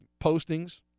postings